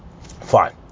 Fine